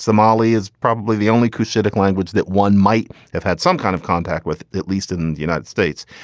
somali is probably the only kuchinich language that one might have had some kind of contact with, at least in the united states.